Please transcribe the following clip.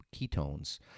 ketones